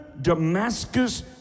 Damascus